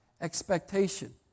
expectation